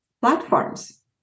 platforms